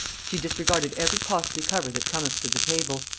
she disregarded every costly cover that cometh to the table,